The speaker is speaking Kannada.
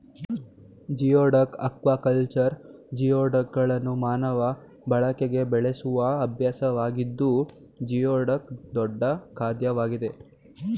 ಜಿಯೋಡಕ್ ಅಕ್ವಾಕಲ್ಚರ್ ಜಿಯೋಡಕ್ಗಳನ್ನು ಮಾನವ ಬಳಕೆಗೆ ಬೆಳೆಸುವ ಅಭ್ಯಾಸವಾಗಿದ್ದು ಜಿಯೋಡಕ್ ದೊಡ್ಡ ಖಾದ್ಯವಾಗಿದೆ